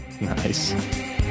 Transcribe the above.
Nice